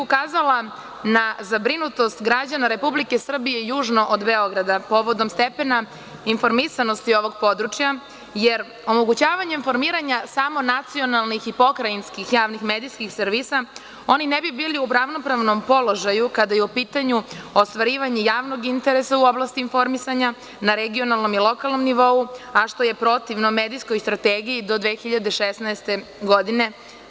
Ukazala bih na zabrinutost građana Republike Srbije južno od Beograda povodom stepena informisanosti ovog područja, jer omogućavanjem formiranja samo nacionalnih i pokrajinskih javnih medijskih servisa oni ne bi bili u ravnopravnom položaju kada je u pitanju ostvarivanje javnog interesa u oblasti informisanja na regionalnom i lokalnom nivou, a što je protivno medijskoj strategiji do 2016. godine.